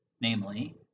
namely